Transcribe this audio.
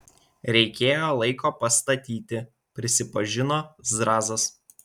reikėjo laiko pastatyti prisipažino zrazas